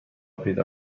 پیدا